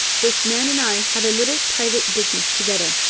this man and i have a little private business together.